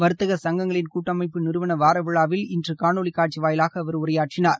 வர்த்தக சங்கங்களின் கூட்டமைப்பு நிறுவன வாரவிழாவில் இன்று காணொலி காட்சி வாயிலாக அவர் உரையாற்றினார்